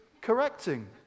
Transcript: correcting